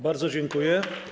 Bardzo dziękuję.